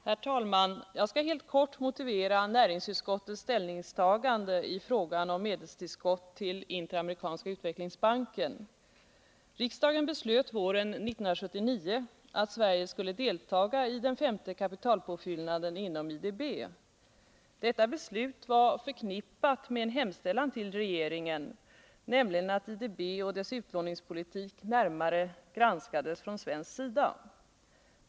Herr talman! Jag skall helt kort motivera näringsutskottets ställningstagande i frågan om medelstillskott till Interamerikanska utvecklingsbanken. Riksdagen beslöt våren 1979 att Sverige skulle deltaga i den femte kapitalpåfyllnaden inom IDB. Detta beslut var förknippat med en hemställan till regeringen, nämligen att IDB och dess utlåningspolitik närmare granskades från svensk sida.